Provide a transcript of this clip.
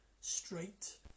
straight